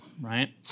right